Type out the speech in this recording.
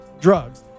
drugs